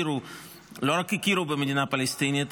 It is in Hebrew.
שלא רק הכירו במדינה פלסטינית,